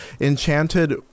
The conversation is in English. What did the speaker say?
Enchanted